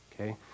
okay